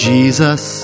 Jesus